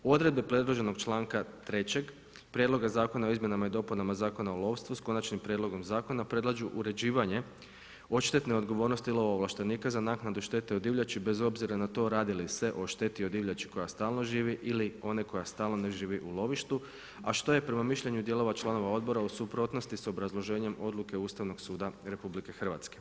Odredbe predloženog članka 3. Prijedlog zakona o izmjenama i dopunama Zakona o lovstvu, s Konačnim prijedlogom zakona predlažu uređivanje odštetne odgovornosti lovo ovlaštenika za naknadu štete od divljači bez obzira na to radi li ste o šteti o divljači koja stalno živi ili one koja stalno ne živi u lovištu, a što je prema mišljenju dijelova članova odbora u suprotnosti s obrazloženjem Ustavnog suda RH.